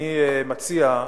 אני מציע,